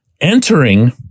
entering